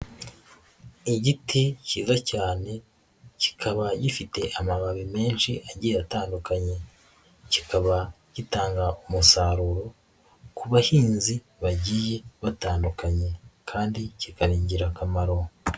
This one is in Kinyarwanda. Igiti cga cyane kikaba gifite amababi menshi agiye atandukanye, kikaba gitanga mu umusaruro ku bahinzi bagiye batandukanye kandi kikaba ingirakamaro.